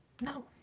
No